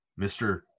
Mr